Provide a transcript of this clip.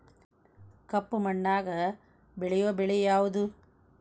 ಕಪ್ಪು ಮಣ್ಣಾಗ ಬೆಳೆಯೋ ಬೆಳಿ ಯಾವುದು?